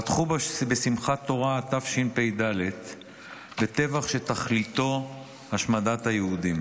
פתחו בשמחת תורה התשפ"ד בטבח שתכליתו השמדת היהודים.